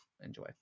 enjoy